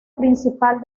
principal